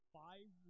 five